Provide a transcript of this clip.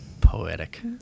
Poetic